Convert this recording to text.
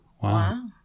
Wow